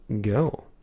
go